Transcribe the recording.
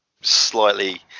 slightly